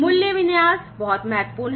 मूल्य विन्यास बहुत महत्वपूर्ण है